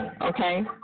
Okay